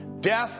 death